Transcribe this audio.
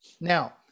Now